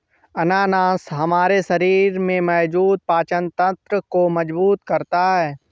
अनानास हमारे शरीर में मौजूद पाचन तंत्र को मजबूत करता है